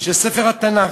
של ספר התנ"ך.